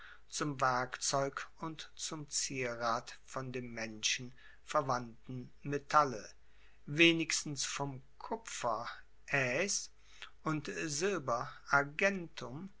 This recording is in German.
zum werkzeug und zum zierat von dem menschen verwandten metalle wenigstens vom kupfer aes und silber